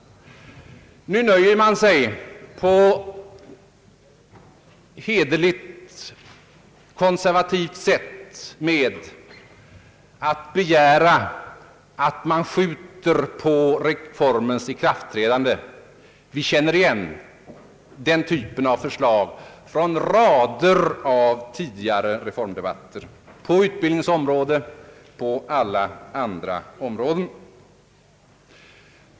Nu nöjer man sig på hederligt konservativt sätt med att begära att vi skall uppskjuta reformens ikraftträdande. Vi känner igen den typen av förslag från rader av tidigare reformdebatter på utbildningens område och på många andra områden.